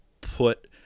put